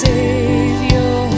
Savior